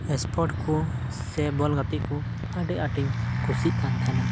sport ᱠᱚ ᱥᱮ ᱵᱚᱞ ᱜᱟᱛᱮᱜ ᱠᱚ ᱟᱹᱰᱤ ᱟᱹᱴᱤᱧ ᱠᱩᱥᱤᱜ ᱠᱟᱱ ᱛᱟᱦᱮᱱᱟ